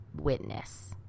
witness